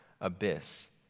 abyss